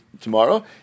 tomorrow